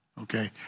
okay